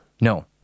No